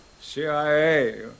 CIA